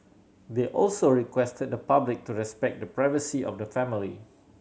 they also requested the public to respect the privacy of the family